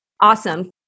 Awesome